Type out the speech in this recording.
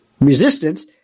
resistance